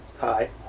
hi